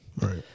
Right